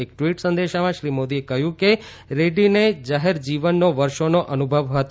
એક ટ્વીટ સંદેશામાં શ્રી મોદીએ કહ્યું કે રેડ્ડીને જાહેર જીવનનો વર્ષોનો અનુભવ હતો